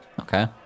okay